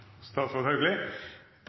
Statsråd Hauglie